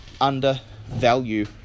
undervalue